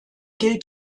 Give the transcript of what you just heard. gilt